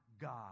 God